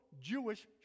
Jewish